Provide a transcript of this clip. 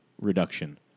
reduction